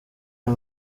ayo